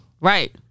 Right